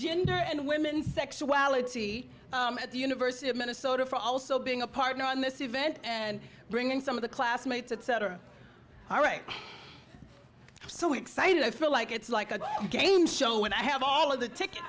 gender and women's sexuality at the university of minnesota for also being a partner in this event and bringing some of the classmates etc all right so excited i feel like it's like a game show when i have all of the ticke